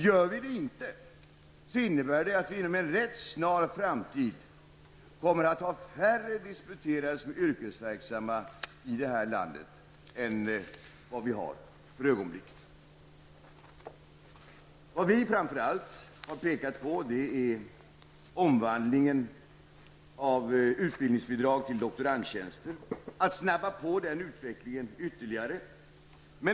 Gör vi det inte, innebär det att vi inom en rätt snar framtid i detta land kommer att ha färre disputerade som är yrkesverksamma än vad vi har för ögonblicket. Vad vi framför allt har pekat på är omvandlingen av utbildningsbidrag till doktorandtjänster. Den utvecklingen bör snabbas på ytterligare.